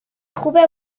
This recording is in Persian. خوبه